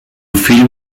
filho